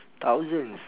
thousands